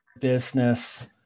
business